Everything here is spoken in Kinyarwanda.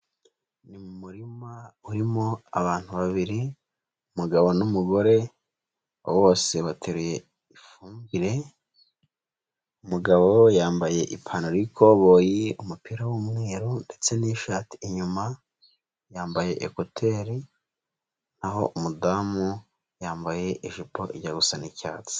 Ni mu murima urimo abantu babiri, umugabo n'umugore, bose bateruye ifumbire, umugabo yambaye ipantaro y'ikoboyi, umupira w'umweru ndetse n'ishati inyuma, yambaye ekuteri na ho umudamu yambaye ijipo ijya busa n'icyatsi.